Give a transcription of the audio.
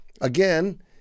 Again